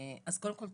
אז קודם כל,